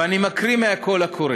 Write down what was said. ואני מקריא מהקול הקורא: